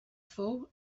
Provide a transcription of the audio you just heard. fou